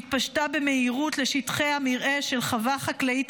שהתפשטה במהירות לשטחי המרעה של חווה חקלאית